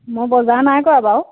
মই বজাৰ নাই কৰা বাৰু